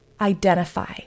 identify